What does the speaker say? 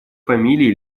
фамилии